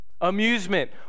amusement